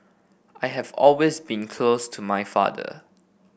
I have always been close to my father